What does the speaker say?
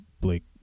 Blake